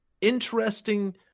interesting